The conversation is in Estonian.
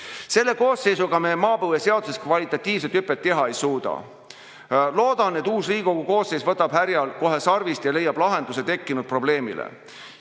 Selle koosseisuga me maapõueseaduses kvalitatiivset hüpet teha ei suuda. Loodan, et uus Riigikogu koosseis võtab kohe härjal sarvist ja leiab lahenduse tekkinud probleemile,